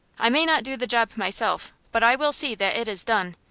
i may not do the job myself, but i will see that it is done.